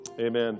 Amen